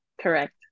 correct